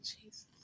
Jesus